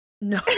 No